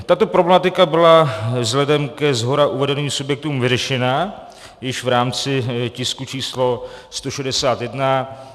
Tato problematika byla vzhledem ke shora uvedeným subjektům vyřešena již v rámci tisku číslo 161.